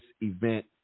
event